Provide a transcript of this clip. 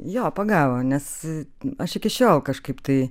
jo pagavo nes aš iki šiol kažkaip tai